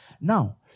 Now